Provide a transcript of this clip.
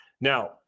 Now